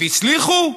והצליחו?